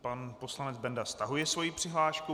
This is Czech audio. Pan poslanec Benda stahuje svoji přihlášku.